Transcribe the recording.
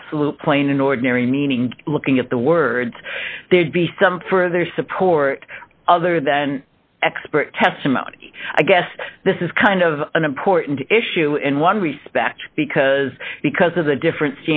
absolute plain ordinary meaning looking at the words there'd be some for their support other than expert testimony i guess this is kind of an important issue in one respect because because of the different